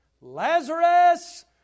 Lazarus